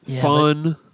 Fun